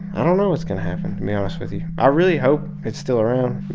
i don't know what's going to happen, to be honest with you. i really hope it's still around,